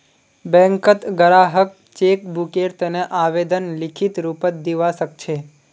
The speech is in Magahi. बैंकत ग्राहक चेक बुकेर तने आवेदन लिखित रूपत दिवा सकछे